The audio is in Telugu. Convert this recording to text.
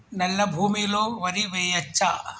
నల్లా భూమి లో వరి వేయచ్చా?